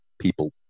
people